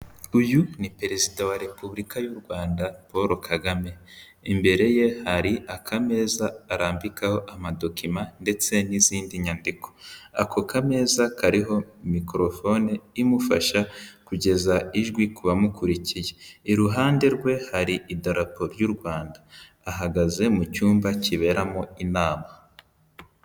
Uyu ni Perezida wa Repubulika y'u Rwanda Paul Kagame, imbere ye hari akameza arambikaho amadokima ndetse n'izindi nyandiko, ako kameza kariho mikorofone imufasha kugeza ijwi ku bamukurikiye, iruhande rwe hari idarapo y'u Rwanda, ahagaze mu cyumba kiberamo inama.